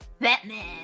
Batman